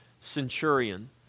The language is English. centurion